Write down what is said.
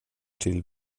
till